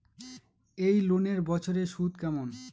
এই লোনের বছরে সুদ কেমন?